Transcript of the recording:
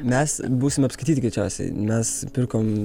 mes būsim apskaityti greičiausiai mes pirkom